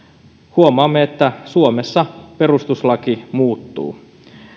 huomaamme että suomessa perustuslaki muuttuu